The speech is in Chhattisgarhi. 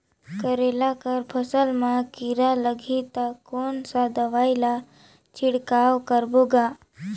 करेला कर फसल मा कीरा लगही ता कौन सा दवाई ला छिड़काव करबो गा?